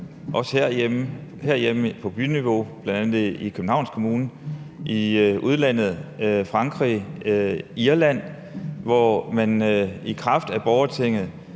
også herhjemme, bl.a. på byniveau i Københavns Kommune. I udlandet gælder det Frankrig og Irland, hvor man i kraft af borgertinget